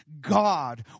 God